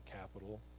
capital